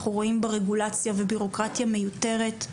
אנחנו רואים בה רגולציה ובירוקרטיה מיותרת.